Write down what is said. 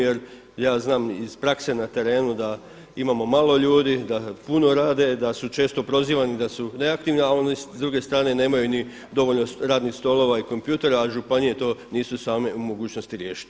Jer ja znam iz prakse na terenu da imamo malo ljudi, da puno rade, da su često prozivani da su neaktivni, a oni s druge strane nemaju ni dovoljno radnih stolova i kompjutera, a županije to nisu same u mogućnosti riješiti.